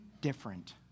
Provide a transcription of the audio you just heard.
different